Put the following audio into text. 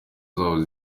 zabo